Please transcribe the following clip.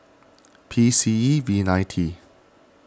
P C E V nine T